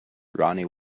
ronnie